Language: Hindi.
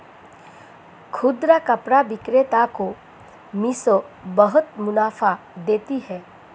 खुदरा कपड़ा विक्रेता को मिशो बहुत मुनाफा देती है